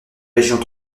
régions